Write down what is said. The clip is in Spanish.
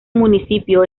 municipio